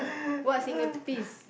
what single piece